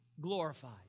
glorified